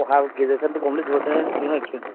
পঢ়া গ্ৰেডুৱেশ্যনটো কমপ্লিট হৈছে হে কিহৰ এক্সপেৰিয়েঞ্চ